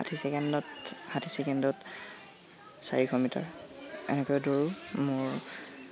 ষাঠি ছেকেণ্ডত ষাঠি ছেকেণ্ডত চাৰিশ মিটাৰ এনেকৈ দৌৰো মোৰ